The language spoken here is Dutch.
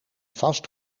vast